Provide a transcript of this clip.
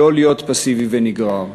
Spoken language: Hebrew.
ולא להיות פסיבי ונגרר,